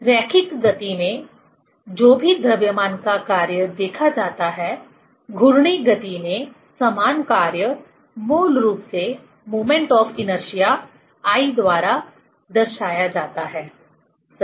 रैखिक गति में जो भी द्रव्यमान का कार्य देखा जाता है घूर्णी गति में समान कार्य मूल रूप से मोमेंट ऑफ इनर्शिया I द्वारा दर्शाया जाता है सही